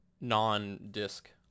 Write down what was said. non-disc